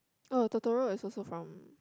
oh Totoro is also from